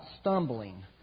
stumbling